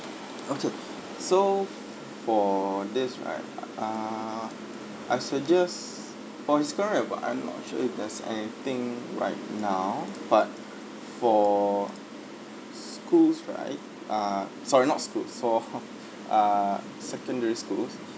okay so for this right ah I suggest for his score right but I'm not sure if there's anything right now but for schools right ah sorry not schools for ah secondary schools